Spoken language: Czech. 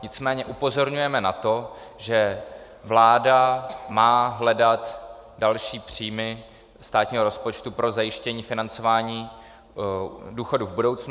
Nicméně upozorňujeme na to, že vláda má hledat další příjmy státního rozpočtu pro zajištění financování důchodů v budoucnu.